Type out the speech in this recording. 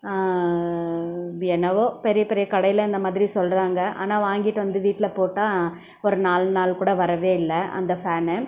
என்னவோ பெரிய பெரிய கடையில் இந்த மாதிரி சொல்கிறாங்க ஆனால் வாங்கிட்டு வந்து வீட்டில் போட்டால் ஒரு நாலு நாள் கூட வரவே இல்லிய அந்த ஃபேனு